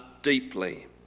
deeply